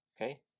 okay